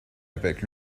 avec